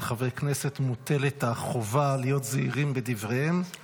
חברי כנסת מוטלת החובה להיות זהירים בדבריהם,